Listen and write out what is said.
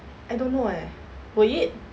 I don't know eh will it